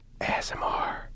ASMR